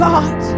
God